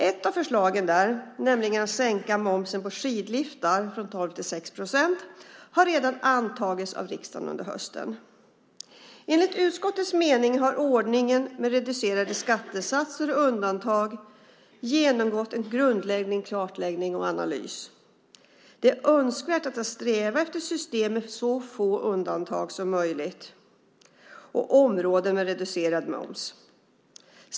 Ett av förslagen där, nämligen att sänka momsen på skidliftar från 12 till 6 procent, har redan antagits av riksdagen under hösten. Enligt utskottets mening har ordningen med reducerade skattesatser och undantag genomgått en grundläggning, kartläggning och analys. Det är önskvärt att sträva efter ett system med så få undantag och områden med reducerad moms som möjligt.